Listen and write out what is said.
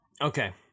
Okay